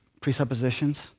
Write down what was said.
presuppositions